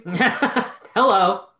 Hello